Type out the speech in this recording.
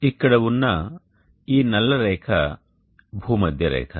ఇక్కడ ఉన్న ఈ నల్ల రేఖ భూమధ్య రేఖ